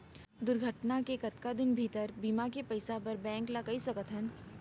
दुर्घटना के कतका दिन भीतर बीमा के पइसा बर बैंक ल कई सकथन?